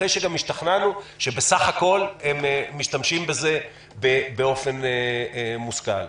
אחרי שגם השתכנענו שבסך הכול הם משתמשים בזה באופן מושכל.